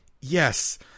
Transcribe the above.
Yes